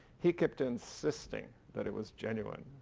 he kept insisting that it was genuine.